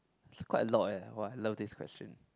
is quite a lot eh !wah! I love this question